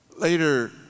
Later